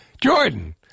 Jordan